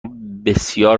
بسیار